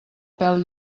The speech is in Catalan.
pèl